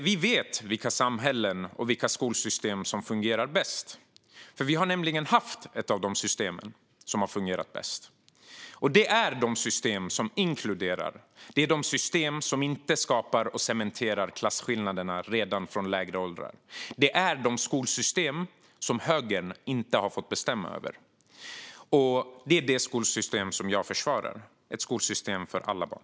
Vi vet vilka samhällen och vilka skolsystem som fungerar bäst; vi har nämligen haft ett av de system som fungerar bäst, och det är det system som inkluderar. Det är ett system som inte skapar och cementerar klasskillnader redan från lägre åldrar. Det är det skolsystem som högern inte har fått bestämma över, och det är det skolsystem som jag försvarar: ett skolsystem för alla barn.